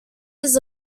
his